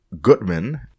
goodman